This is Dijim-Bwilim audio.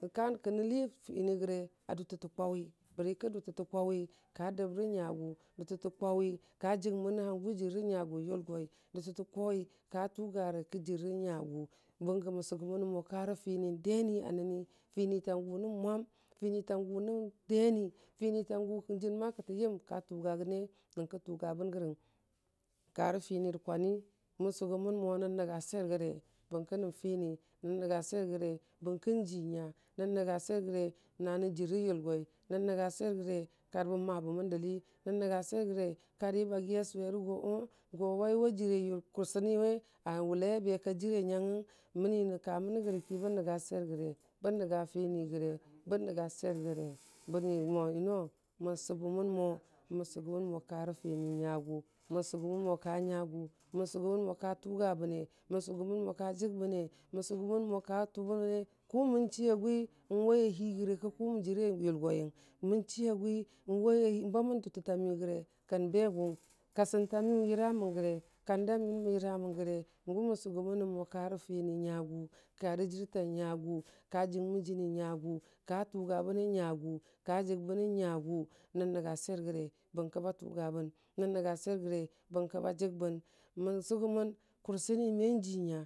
rə kan kənə lii fini gəre ndʊtətə kwawi, bəri ki dʊta tə kwawi ka dabrə nyagʊ dʊtə tə kwawi ka jəngmə ne hangʊ jərə nyagʊ yulgoi dʊtə tə kwawi ka tʊgarə kə jərre nyagʊ, bəngə mən sʊgʊ mənə mo karə fini deni a nəni finitanyʊ nən mwam, finitangʊ nən deni finitangʊ jən ma kətə yəm ka tʊgʊ gəne nyənkə tʊ ga bən gərəng karə fini nə kwano mən sʊgʊ mən mo nən nənya swer gəre bənkə nə fini nə fini nən nənya swer gəre na nən jərre yʊlgoi nən nəngn swer karbən mabəmən dəli nən nəng swer gəre kari bagi a swerə go ʊh go waiwa jəre kursəni wu a wəlai a be ka jəre nyangəng mənə kamənə yə ki bən nənga swer gəre bən nənga fini yəre bən nəngn swer gəre, məni mo yəno mən sʊbəmən mo mən sʊgʊmən mo karə fini nyagʊ mən sʊgʊmən mo ka nyayʊ mən sʊgʊmən mo ka tʊgabəne mən sʊgʊmən mo ka jəgbəne, mən sʊgʊmən mo ka tʊmən ne ka mən chi agwi waiye hi gərə kə ku jara yʊlgoi yəng mən chi agwi "waiye" bamən dʊtəta miyʊ gəre kən be gʊng kasənta miyʊ yəra mən yəre kan da miyang mən yəra mən gəre gʊ mən sʊgʊmən mo karə fini nyugʊ kurə jɨr tang nyagʊ ka jəngmən jəni nyagʊ ka tagabənə nyagʊ ka jaybənə nyagʊ nən nənga swer gəre bərki ba tʊgabən nən nənga swer gəre bərki ba jəgbən mən sʊgʊmən kʊrsəni mə jinya.